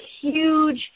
huge